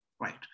right